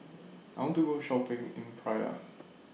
I want to Go Shopping in Praia